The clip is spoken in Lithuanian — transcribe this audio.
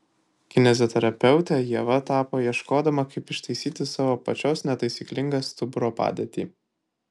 kineziterapeute ieva tapo ieškodama kaip ištaisyti savo pačios netaisyklingą stuburo padėtį